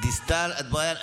השרה דיסטל אטבריאן,